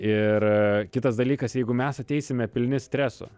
ir kitas dalykas jeigu mes ateisime pilni streso